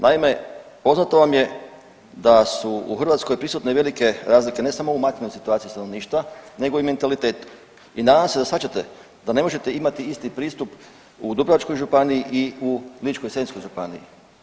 Naime, poznato vam je da su u Hrvatskoj prisutne velike razlike ne samo u materijalnoj situaciji stanovništva nego i mentalitetu i nadam se da shvaćate da ne može imati isti pristup u Dubrovačkoj županiji i u Ličko-senjskoj županiji.